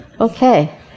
Okay